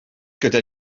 gyda